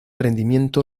rendimiento